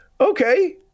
okay